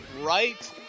right